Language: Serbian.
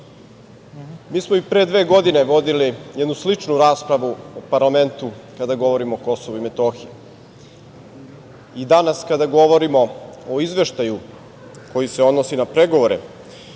mi smo i pre dve godine vodili jednu sličnu raspravu u parlamentu kada govorimo o KiM. Danas kada govorimo o Izveštaju koji se odnosi na pregovore